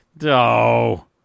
no